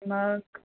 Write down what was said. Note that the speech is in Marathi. मग